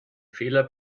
fehler